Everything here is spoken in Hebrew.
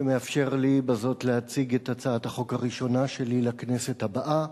שמאפשר לי בזאת להציג את הצעת החוק הראשונה שלי לכנסת הבאה: